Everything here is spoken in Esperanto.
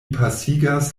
pasigas